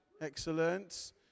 Excellent